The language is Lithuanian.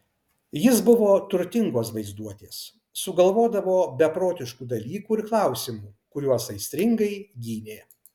jis buvo turtingos vaizduotės sugalvodavo beprotiškų dalykų ir klausimų kuriuos aistringai gynė